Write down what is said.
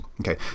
okay